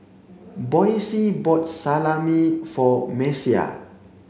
Boysie bought Salami for Messiah